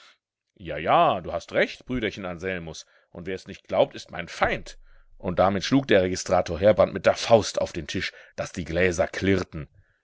ja ja du hast recht brüderchen anselmus und wer es nicht glaubt ist mein feind und damit schlug der registrator heerbrand mit der faust auf den tisch daß die gläser klirrten